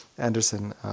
Anderson